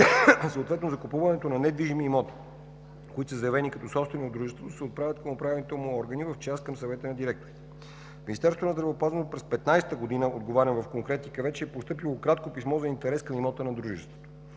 съответно закупуването на недвижими имоти, които са заявени като собствено дружество, се отправят към управителните му органи в част към Съвета на директорите. В Министерството на здравеопазването през 2015 г. – отговарям в конкретика вече, е постъпило кратко писмо за интерес към имота на дружеството